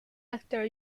actor